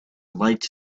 lights